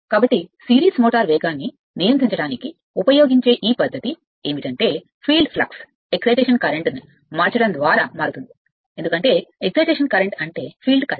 కాబట్టి series motor వేగాన్ని నియంత్రించడానికి ఉపయోగించే ఈ పద్ధతి ఏమిటంటే ఫీల్డ్ ఫ్లక్స్ ఎక్సైటేషన్ కరెంట్ను మార్చడం ద్వారా మారుతుంది ఎందుకంటే ఎక్సైటేషన్ కరెంట్ అంటే ఫీల్డ్ కరెంట్